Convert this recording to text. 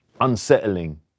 unsettling